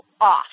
off